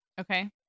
Okay